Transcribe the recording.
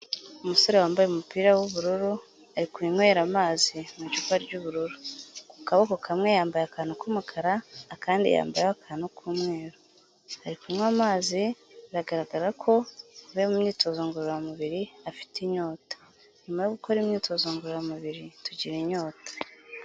Umusore wambaye umupira w'ubururu, ari kunywera amazi mu icupa ry'ubururu. Ku kaboko kamwe yambaye akantu k'umukara, akandi yambayeho akantu k'umweru. Ari kunywa amazi, biragaragara ko avuye mu myitozo ngororamubiri, afite inyota. Nyuma yo gukora imyitozo ngororamubiri, tugira inyota.